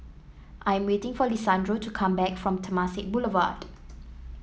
I am waiting for Lisandro to come back from Temasek Boulevard